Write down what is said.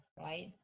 right